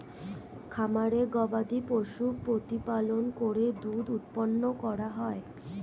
খামারে গবাদিপশু প্রতিপালন করে দুধ উৎপন্ন করা হয়